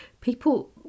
People